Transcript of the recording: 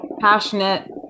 passionate